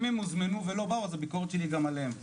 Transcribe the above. אם הם הוזמנו ולא באו אז הביקורת שלי גם עליהם.